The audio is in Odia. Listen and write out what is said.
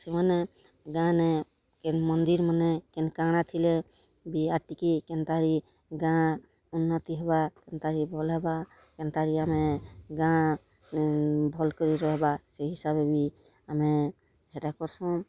ସେମାନେ ଗାଁନେ କେନ୍ ମନ୍ଦିର୍ମାନେ କେନ୍ କାଣା ଥିଲେ ବି ଆର୍ ଟିକେ କେନ୍ତାରେ ଗାଁ ଉନ୍ନତି ହେବା ଏନ୍ତା ହି ଭଲ୍ ହେବା କେନ୍ତା କି ଆମେ ଗାଁ ଭଲ୍ କରି ରହେବା ସେ ହିସାବେ ବି ଆମେ ହେଟା କର୍ସୁଁ